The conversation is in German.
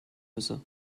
müsse